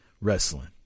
wrestling